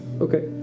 Okay